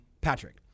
Patrick